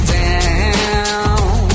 down